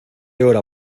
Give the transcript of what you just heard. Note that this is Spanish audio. hora